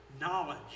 knowledge